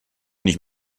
nicht